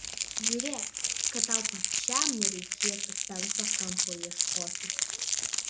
žiūrėk kad tau pačiam nereikėtų penkto kampo ieškoti